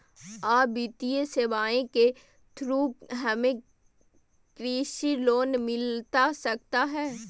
आ वित्तीय सेवाएं के थ्रू हमें कृषि लोन मिलता सकता है?